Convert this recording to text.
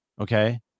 okay